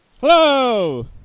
Hello